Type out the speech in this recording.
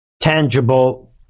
tangible